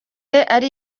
ari